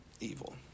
evil